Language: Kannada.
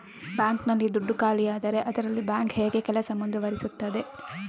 ಬ್ಯಾಂಕ್ ನಲ್ಲಿ ದುಡ್ಡು ಖಾಲಿಯಾದರೆ ಅದರಲ್ಲಿ ಬ್ಯಾಂಕ್ ಹೇಗೆ ಕೆಲಸ ಮುಂದುವರಿಸುತ್ತದೆ?